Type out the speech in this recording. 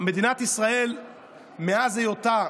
מדינת ישראל מאז היותה,